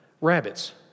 rabbits